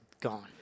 gone